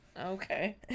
Okay